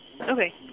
Okay